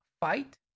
fight